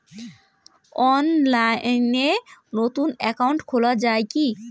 অনলাইনে নতুন একাউন্ট খোলা য়ায় কি?